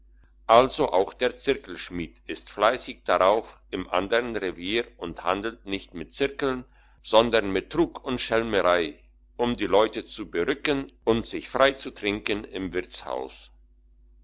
also auch der zirkelschmied ist fleissig darauf im andern revier und handelt nicht mit zirkeln sondern mit trug und schelmerei um die leute zu berücken und sich freizutrinken im wirtshaus